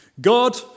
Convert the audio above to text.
God